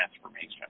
transformation